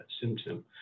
symptom